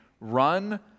run